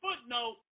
footnote